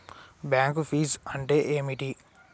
Bank ఫీజ్లు అంటే ఏమిటి?